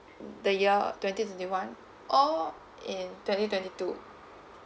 the year of twenty twenty one or in twenty twenty two